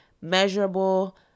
measurable